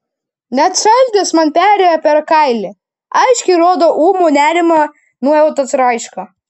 net šaltis man perėjo per kailį aiškiai rodo ūmų nerimą nuojautos raišką